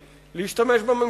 גם אם הוא חרדי,